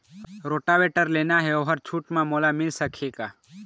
Rotavator लेना हे ओहर छूट म मोला मिल सकही का?